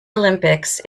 olympics